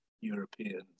Europeans